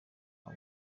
aba